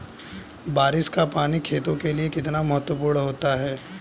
बारिश का पानी खेतों के लिये कितना महत्वपूर्ण होता है?